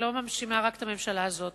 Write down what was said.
אני לא מאשימה רק את הממשלה הזאת,